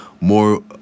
more